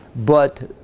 but